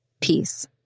peace